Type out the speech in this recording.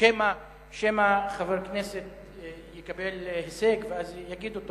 שמא חבר כנסת יקבל הישג ואז יגידו,